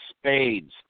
spades